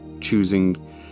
choosing